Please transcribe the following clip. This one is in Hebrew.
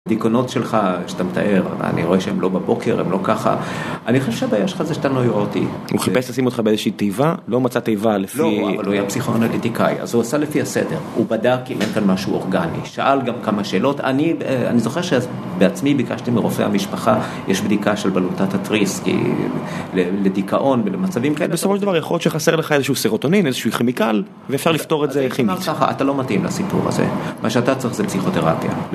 דיכאונות שלך, שאתה מתאר, אני רואה שהן לא בבוקר, הן לא ככה אני חושב שהבעיה שלך זה שאתה נוירוטי הוא חיפש לשים אותך באיזושהי תיבה, לא מצא תיבה לפי... לא, אבל הוא היה פסיכואנליטיקאי אז הוא עשה לפי הסדר, הוא בדק אם אין כאן משהו אורגני שאל גם כמה שאלות, אני זוכר שבעצמי ביקשתי מרופאי המשפחה יש בדיקה של בלוטת התריס לדיכאון ולמצבים כאלה בסופו של דבר יכול להיות שחסר לך איזשהו סרוטונין, איזשהו כימיקל ואפשר לפתור את זה כימית אתה לא מתאים לסיפור הזה, מה שאתה צריך זה פסיכותרפיה